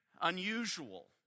unusual